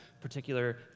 particular